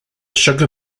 sugar